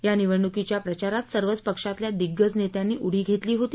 या निवडणुकीच्या प्रचारात सर्वच पक्षातल्या दिग्गज नेत्यांनी उडी घेतली होती